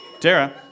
Dara